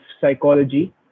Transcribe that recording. psychology